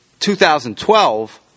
2012